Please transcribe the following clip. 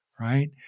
right